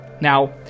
Now